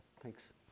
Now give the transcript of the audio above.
thanks